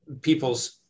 people's